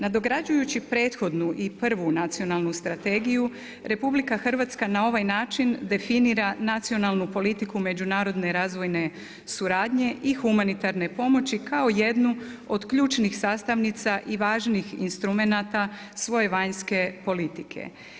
Nadograđujući prethodnu i prvu Nacionalnu strategiju RH na ovaj način definira nacionalnu politiku međunarodne razvojne suradnje i humanitarne pomoći kao jednu od ključnih sastavnica i važnih instrumenata svoje vanjske politike.